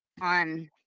on